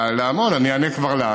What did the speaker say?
אני אענה כבר לה.